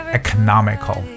economical